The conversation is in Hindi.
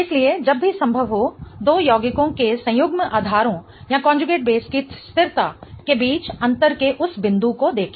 इसलिए जब भी संभव हो दो यौगिकों के संयुग्मित आधारों की स्थिरता के बीच अंतर के उस बिंदु को देखें